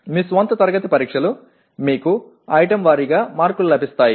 మీ స్వంత తరగతి పరీక్షలు మీకు ఐటెమ్ వారీగా మార్కులు లభిస్తాయి